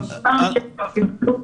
האישור שאפרת נתנה הוא סופר חשוב והוא קריטי,